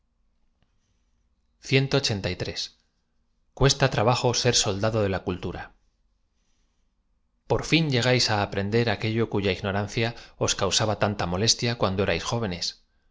f lsbi oueía trabajo ser soldado de la cuitara por fin llegáis á aprender aquello cuya ignorancia causaba tanta m okstia cuando érais jóvenes